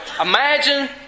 imagine